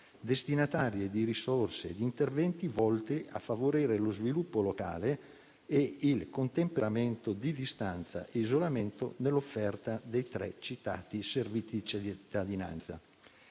destinatarie di risorse e interventi volti a favorire lo sviluppo locale e il contemperamento di distanza e isolamento nell'offerta dei tre citati servizi di cittadinanza.